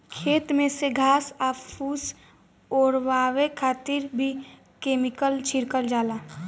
खेत में से घास आ फूस ओरवावे खातिर भी केमिकल छिड़कल जाला